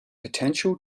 potential